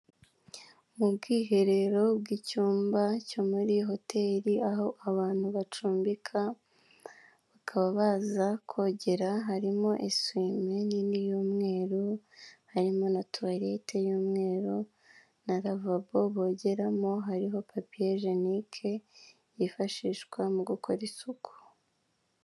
Mu kibuga ni ho abantu bidagadurira, bashobora gukiniramo imikino itandukanye, waba uw'amaguru, uw'amaboko ndetse n'iyindi, ibiti iyo biteye bicucitse bigira akamaro kanini cyane, bishobora gukurura imvura, ikindi kandi byavamo n'inkwi ndetse n'amakara.